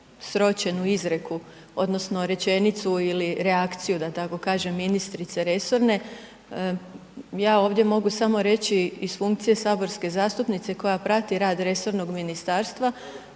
sročenu izreku odnosno rečenicu ili reakciju da tako kažem ministrice resorne. Ja ovdje mogu samo reći iz funkcije saborske zastupnice koja prati rad resornog ministarstva,